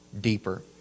deeper